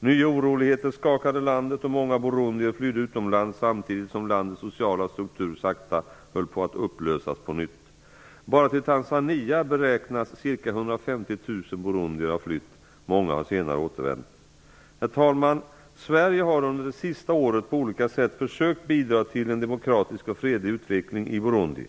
Nya oroligheter skakade landet och många burundier flydde utomlands samtidigt som landets sociala struktur sakta höll på att upplösas på nytt. Bara till Tanzania beräknas ca 150 000 burundier ha flytt. Många har senare återvänt. Herr talman! Sverige har under det sista året på olika sätt försökt bidra till en demokratisk och fredlig utveckling i Burundi.